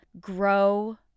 Grow